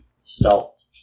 stealth